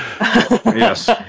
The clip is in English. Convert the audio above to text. Yes